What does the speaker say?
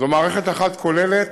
זו מערכת אחת כוללת,